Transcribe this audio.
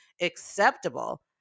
acceptable